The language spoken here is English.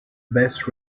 best